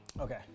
Okay